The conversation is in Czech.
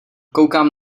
koukám